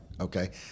okay